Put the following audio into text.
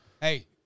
Hey